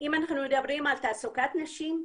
אם אנחנו מדברים על תעסוקת נשים,